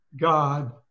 God